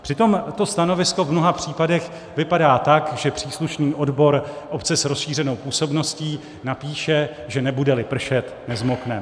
Přitom to stanovisko v mnoha případech vypadá tak, že příslušný odbor obce s rozšířenou působností napíše, že nebudeli pršet, nezmoknem.